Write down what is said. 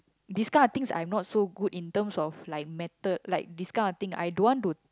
this kind of things I'm not so good in terms of like method like this kind of thing I don't want to